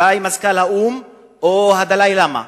אולי את מזכ"ל האו"ם או הדלאי לאמה?